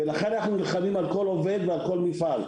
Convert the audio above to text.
לכן אנחנו נלחמים על כל עובד ועל כל מפעל.